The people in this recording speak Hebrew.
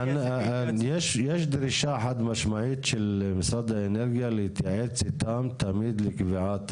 יש דרישה חד משמעית של משרד האנרגיה להתייעץ איתם תמיד לקביעת